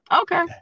Okay